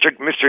Mr